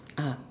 ah